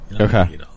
Okay